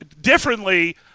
differently